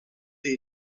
the